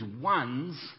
ones